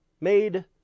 made